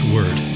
Word